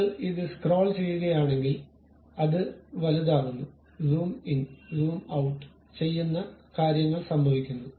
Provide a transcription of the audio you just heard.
നിങ്ങൾ ഇത് സ്ക്രോൾ ചെയ്യുകയാണെങ്കിൽ അത് വലുതാക്കുന്നു സൂം ഇൻ സൂം ഔട്ട് ചെയ്യുന്ന കാര്യങ്ങൾ സംഭവിക്കുന്നു